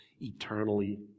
eternally